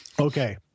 Okay